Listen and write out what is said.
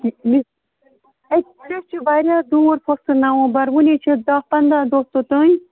actually اَتہِ پٮ۪ٹھ چھُ واریاہ دوٗر فٔسٹہٕ نومبَر وُنہِ ہے چھِ دَہ پنٛداہ دۄہ توٚتانۍ